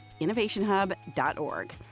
innovationhub.org